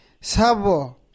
Sabo